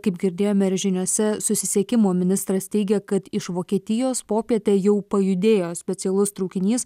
kaip girdėjome ir žiniose susisiekimo ministras teigė kad iš vokietijos popietę jau pajudėjo specialus traukinys